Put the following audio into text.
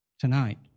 tonight